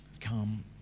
Come